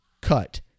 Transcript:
cut